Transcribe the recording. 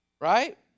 Right